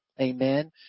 amen